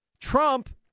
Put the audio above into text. Trump